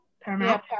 Paramount